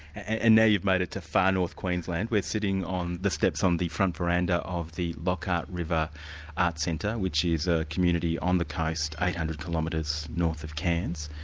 and now you've made it to far north queensland. we're sitting on the steps on the front verandah of the lockhart river arts centre, which is a community on the coast, eight hundred kilometres north of cairns.